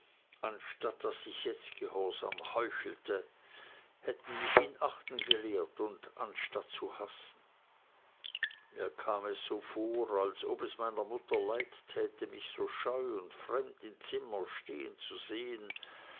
anstatt daß ich jetzt gehorsam heuchelte hätten mich ihn achten gelehrt anstatt hassen mir kam es so vor als ob es meiner mutter leid täte mich so scheu und fremd im zimmer stehen zu sehen